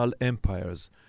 empires